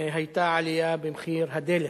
היתה עלייה במחיר הדלק.